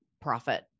profit